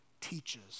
teaches